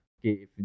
Okay